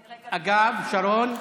אגב, שרון,